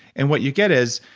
and what you get is,